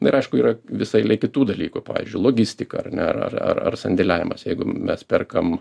na ir aišku yra visa eilė kitų dalykų pavyzdžiui logistika ar ne ar ar ar sandėliavimas jeigu mes perkam